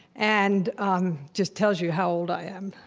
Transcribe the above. and um just tells you how old i am.